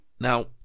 Now